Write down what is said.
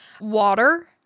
water